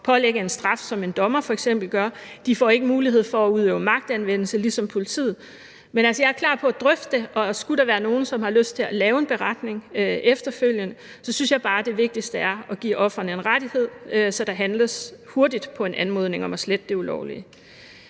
pålægge en straf, som en dommer f.eks. gør. De får ikke mulighed for at udøve magtanvendelse ligesom politiet. Men jeg er klar på at drøfte det, og skulle der være nogen, som har lyst til at lave en beretning efterfølgende, synes jeg bare, det vigtigste er at give ofrene en rettighed, så der handles hurtigt på en anmodning om at slette det ulovlige.